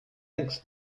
axe